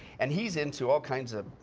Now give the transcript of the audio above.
and he is into all kinds of,